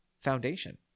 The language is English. foundation